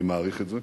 אני מעריך את זה.